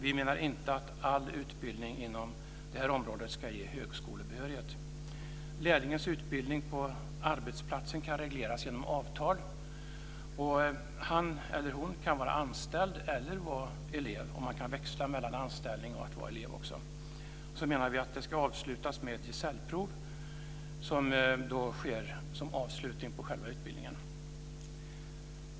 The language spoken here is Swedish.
Vi menar inte att all utbildning inom det här området ska ge högskolebehörighet. Lärlingens utbildning på arbetsplatsen kan regleras genom avtal och han eller hon kan vara anställd eller vara elev. Man kan också växla mellan anställning och att vara elev. Vidare menar vi att utbildningen ska avslutas med ett gesällprov.